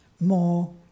more